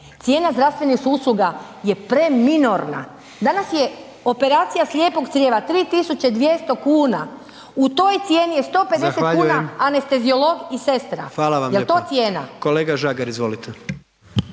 Cijena zdravstvenih usluga je preminorna. Danas je operacija slijepog crijeva 3.200 kuna u toj cijeni je 150 kuna anesteziolog i sestra. **Jandroković, Gordan (HDZ)** Hvala vam lijepa. Kolega Žagar izvolite.